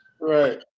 Right